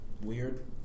weird